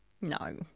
No